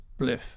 bliff